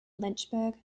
lynchburg